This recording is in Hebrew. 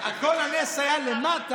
היות ובפורים כל הנס היה מלמטה,